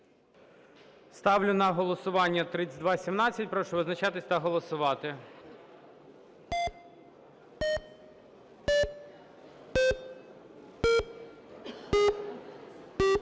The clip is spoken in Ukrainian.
Ставлю на голосування 3218. Прошу визначатись та голосувати.